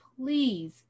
Please